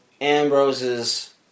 Ambrose's